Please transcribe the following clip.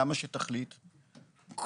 כמה שתחליט,